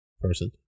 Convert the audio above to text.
person